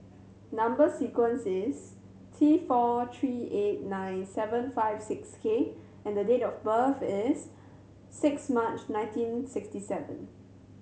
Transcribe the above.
number sequence is T four three eight nine seven five six K and date of birth is six March nineteen sixty seven